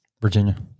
Virginia